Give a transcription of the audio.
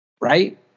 Right